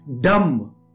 dumb